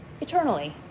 Eternally